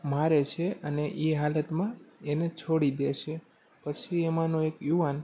મારે છે અને એ હાલતમાં એને છોડી દે છે પછી એમાંનો એક યુવાન